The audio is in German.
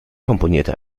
komponierte